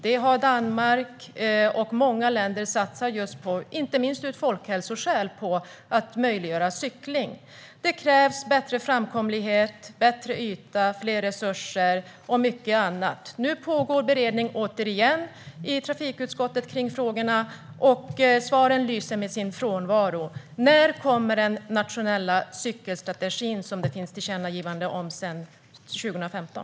Danmark har en sådan, och många länder satsar på att möjliggöra för cykling, inte minst av folkhälsoskäl. Det krävs bättre framkomlighet, bättre yta, mer resurser och mycket annat. Nu pågår återigen beredning av frågorna i trafikutskottet. Svaren lyser med sin frånvaro. När kommer den nationella cykelstrategi som det finns tillkännagivanden om sedan 2015?